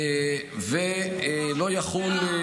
והוא לא יחול,